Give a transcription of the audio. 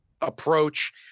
approach